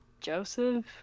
Joseph